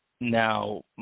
Now